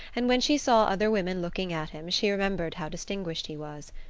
and when she saw other women looking at him she remembered how distinguished he was.